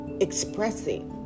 expressing